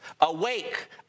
Awake